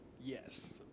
Yes